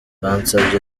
bansabye